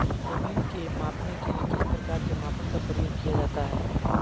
जमीन के मापने के लिए किस प्रकार के मापन का प्रयोग किया जाता है?